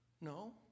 No